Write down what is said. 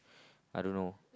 I don't know